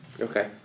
Okay